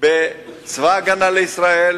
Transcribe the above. של צבא-הגנה לישראל,